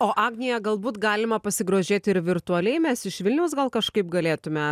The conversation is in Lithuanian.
o agnija galbūt galima pasigrožėti ir virtualiai mes iš vilniaus gal kažkaip galėtume